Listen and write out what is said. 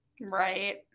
Right